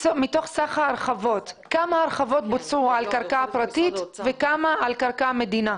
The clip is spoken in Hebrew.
מתוך סך ההרחבות כמה הרחבות בוצעו על קרקע פרטית וכמה על קרקע מדינה?